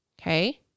okay